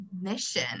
mission